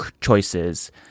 choices